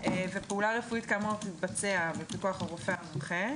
"פעולה רפואית כאמור תתבצע בפיקוח הרופא המומחה",